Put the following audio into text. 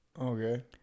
Okay